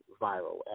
viral